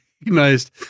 recognized